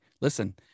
listen